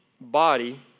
body